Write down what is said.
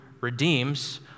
redeems